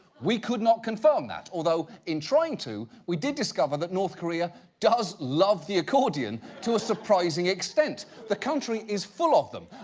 we could not confirm that. although, in trying to, we did discover that north korea does love the accordion to a surprising extent. the country is full of them.